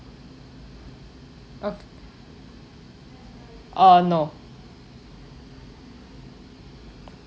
okay oh no